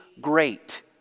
great